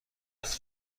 وارد